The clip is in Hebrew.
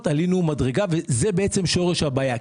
עלינו מדרגה וזה בעצם שורש הבעיה.